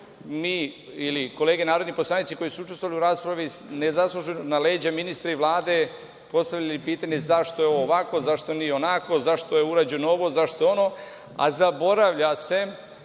mi ili kolege narodni poslanici koji su učestvovali u raspravi nezasluženo na leđa ministra i Vlade postavili pitanje zašto je ovo ovako, zašto nije onako, zašto je urađeno ovo, zašto je ono, a zaboravlja se